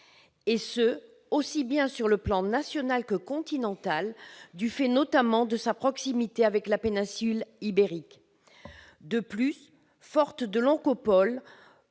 et ce, sur le plan aussi bien national que continental, du fait notamment de sa proximité avec la péninsule ibérique. De plus, forte de l'Oncopole,